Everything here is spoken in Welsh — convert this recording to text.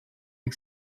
deg